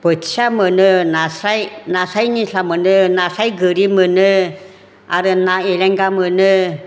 बोथिया मोनो नास्राय निस्ला मोनो नास्राय गोरि मोनो आरो ना एलेंगा मोनो